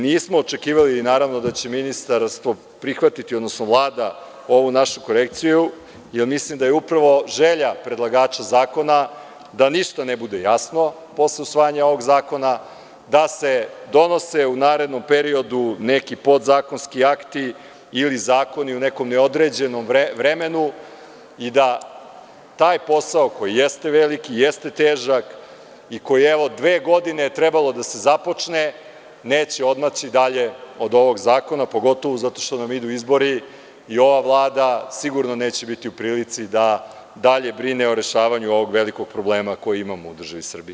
Nismo očekivali, naravno, da će ministarka prihvatiti, odnosno Vlada ovu našu korekciju, jer mislim da je upravo želja predlagača zakona da ništa ne bude jasno posle usvajanja ovog zakona, da se donose u narednom periodu neki podzakonski akti ili zakoni u nekom neodređenom vremenu i da taj posao, koji jeste veliki, jeste težak i koji je dve godine trebalo da se započne, neće odmaći dalje od ovog zakona, a pogotovo zato što nam idu izbori i ova Vlada sigurno neće biti u prilici da dalje brine o rešavanju ovog velikog problema koji imamo u državi Srbiji.